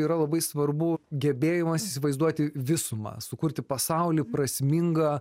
yra labai svarbu gebėjimas įsivaizduoti visumą sukurti pasaulį prasmingą